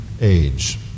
age